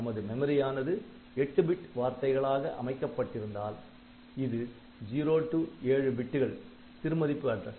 நமது மெமரி ஆனது 8 பிட் வார்த்தைகளாக அமைக்கப்பட்டிருந்தால் இது 0 7 பிட்டுகள் சிறு மதிப்பு அட்ரஸ்